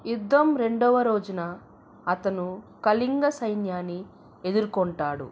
యుద్ధం రెండవ రోజున అతను కళింగ సైన్యాన్ని ఎదుర్కొంటాడు